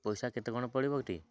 ପଇସା କେତେ କ'ଣ ପଡ଼ିବ କି